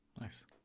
Nice